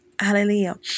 Hallelujah